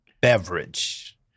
Beverage